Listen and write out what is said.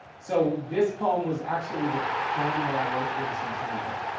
so, this poem was actually the poem that i wrote for the centennial.